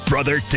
Brother